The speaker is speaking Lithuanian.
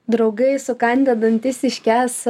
draugai sukandę dantis iškęs